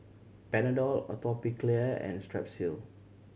Panadol Atopiclair and Strepsil